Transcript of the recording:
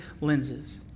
lenses